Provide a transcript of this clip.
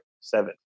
seven